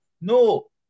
No